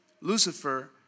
Lucifer